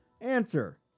Answer